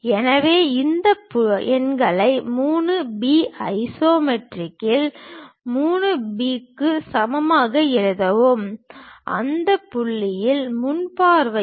எனவே இந்த எண்களை 3 B ஐசோமெட்ரிக்கில் 3 B க்கு சமமாக எழுதுகிறேன் அந்த பார்வையில் முன் பார்வையில்